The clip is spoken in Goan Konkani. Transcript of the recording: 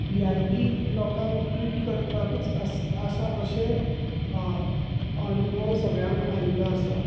वी आय पी लोकांक ट्रीट करपाकूच आस आसा अशें अनुभव सगळ्यांक आयिल्लो आसा